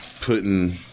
putting